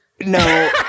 no